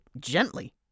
Gently